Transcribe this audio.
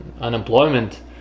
unemployment